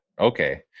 okay